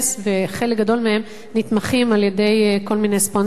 וחלק גדול מהם נתמכים על-ידי כל מיני ספונסרים.